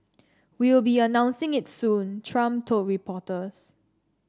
we'll be announcing it soon Trump told reporters